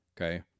Okay